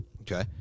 Okay